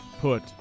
Put